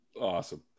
Awesome